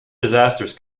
disasters